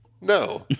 No